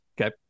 Okay